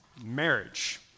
marriage